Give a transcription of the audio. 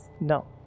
No